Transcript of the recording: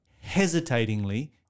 hesitatingly